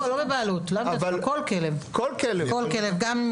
כל כלב --- כל כלב, גם אם